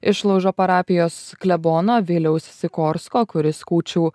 išlaužo parapijos klebono viliaus sikorsko kuris kūčių